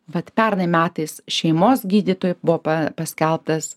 vat pernai metais šeimos gydytojui buvo pa paskelbtas